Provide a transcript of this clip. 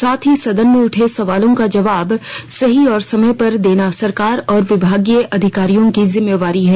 साथ ही सदन में उठे सवालों का जवाब सही और समय पर देना सरकार और विभागीय अधिकारियों की जिम्मेवारी है